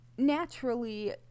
naturally